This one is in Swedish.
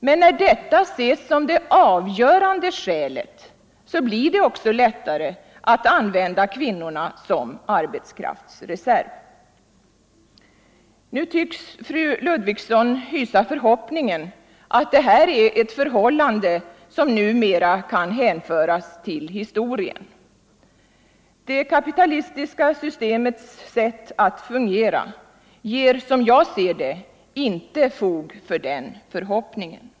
Men när detta betraktas som det avgörande skälet, blir det också lättare att använda kvinnorna såsom Jämställdhet arbetskraftsreserv. mellan män och Fru Ludvigsson tycks hysa förhoppningen att detta är ett förhållande, kvinnor, m.m. som numera kan hänföras till historien. Det kapitalistiska samhällets sätt att fungera ger, som jag ser det, inte fog för den förhoppningen.